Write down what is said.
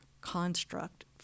construct